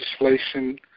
legislation